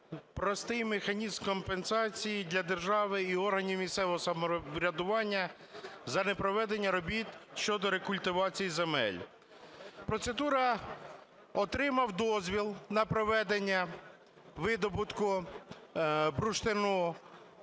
простий механізм компенсації для держави і органів місцевого самоврядування за непроведення робіт щодо рекультивації земель. Процедура: отримав дозвіл на проведення видобутку бурштину;